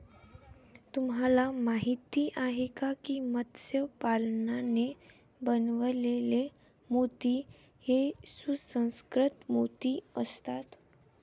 तुम्हाला माहिती आहे का की मत्स्य पालनाने बनवलेले मोती हे सुसंस्कृत मोती असतात